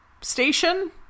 station